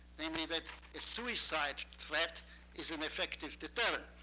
namely that a suicide threat is an effective deterrent.